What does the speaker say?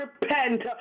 repent